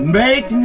make